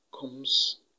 comes